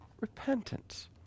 repentance